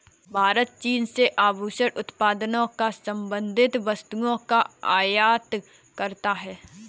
भारत चीन से आभूषण उत्पादों और संबंधित वस्तुओं का आयात करता है